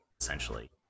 essentially